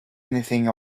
anything